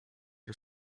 her